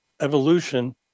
evolution